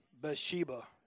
Bathsheba